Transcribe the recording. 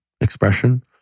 expression